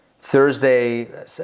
Thursday